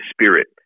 Spirit